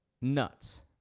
nuts